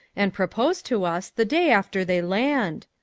and propose to us the day after they land.